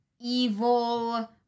evil